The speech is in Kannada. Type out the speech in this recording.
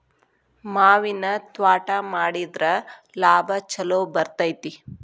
ಮಾವಿನ ತ್ವಾಟಾ ಮಾಡಿದ್ರ ಲಾಭಾ ಛಲೋ ಬರ್ತೈತಿ